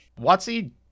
Watsy